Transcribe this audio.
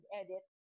edit